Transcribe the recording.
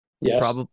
Yes